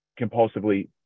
compulsively